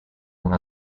una